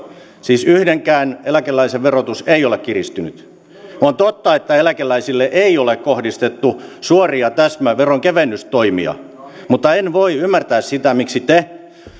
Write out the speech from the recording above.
siis yhdenkään eläkeläisen verotus ei ole kiristynyt on totta että eläkeläisille ei ole kohdistettu suoria täsmäveronkevennystoimia mutta en voi ymmärtää sitä miksi te